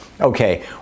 okay